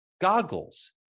goggles